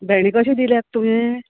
भेंडे कशें दिल्यात तुवें